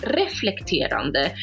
reflekterande